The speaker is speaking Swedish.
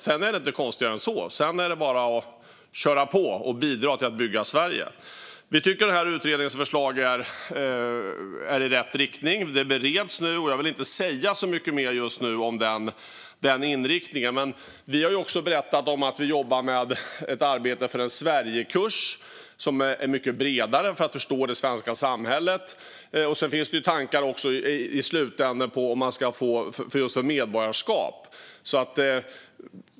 Det är inte konstigare än så, och sedan är det bara att köra på och bidra till att bygga Sverige. Vi tycker att utredningens förslag är i rätt riktning. Det bereds just nu, och jag vill inte säga så mycket just nu om den inriktningen. Vi har också berättat att vi håller på med ett arbete för en Sverigekurs som är mycket bredare och som är till för att man ska förstå det svenska samhället. Sedan finns det också tankar vad gäller ett medborgarskap i slutänden.